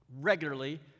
regularly